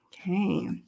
Okay